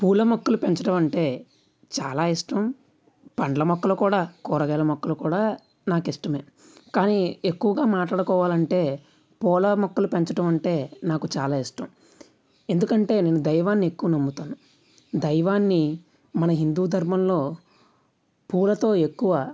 పూలమొక్కలు పెంచడమంటే చాలా ఇష్టం పళ్ళ మొక్కలు కూడా కూరగాయలు మొక్కలు కూడా నాకు ఇష్టం కానీ ఎక్కువగా మాట్లాడుకోవాలి అంటే పూల మొక్కలు పెంచడం అంటే నాకు చాలా ఇష్టం ఎందుకంటే నేను దైవాన్ని ఎక్కువ నమ్ముతాను దైవాన్ని మన హిందూ ధర్మంలో పూలతో ఎక్కువ